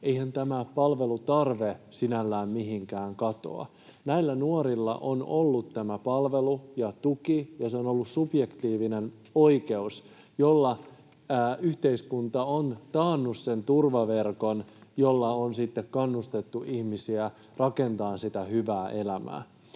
eihän tämä palvelutarve sinällään mihinkään katoa. Näillä nuorilla on ollut tämä palvelu ja tuki, ja se on ollut subjektiivinen oikeus, jolla yhteiskunta on taannut sen turvaverkon, jolla on sitten kannustettu ihmisiä rakentamaan sitä hyvää elämää.